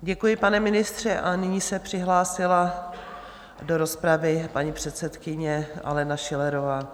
Děkuji, pane ministře, a nyní se přihlásila do rozpravy paní předsedkyně Alena Schillerová.